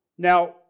Now